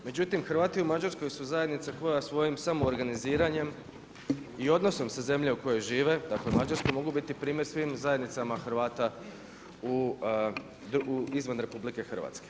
Međutim, Hrvati u Mađarskoj su zajednica koja u svojim samoorganiziranjem i odnosom sa zemljom u kojoj žive, dakle, Mađarskoj, mogu biti primjer svim zajednicama Hrvata izvan RH.